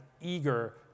eager